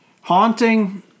Haunting